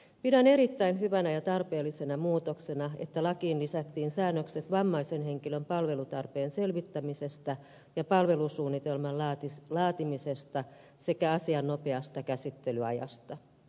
pidän erittäin hyvänä ja tarpeellisena muutoksena että lakiin lisättiin säännökset vammaisen henkilön palvelutarpeen selvittämisestä ja palvelusuunnitelman laatimisesta sekä asian nopeasta käsittelyajasta